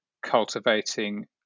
cultivating